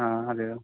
ആ അതെയോ